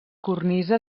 cornisa